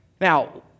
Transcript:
Now